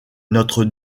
notre